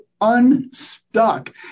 unstuck